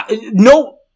no